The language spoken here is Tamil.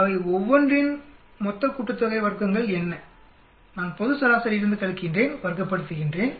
அவை ஒவ்வொன்றின் வர்க்கங்களின் மொத்த கூட்டுத்தொகை என்ன நான் பொது சராசரியிலிருந்து கழிக்கின்றேன் வர்க்கப்படுத்துகிறேன்